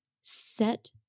set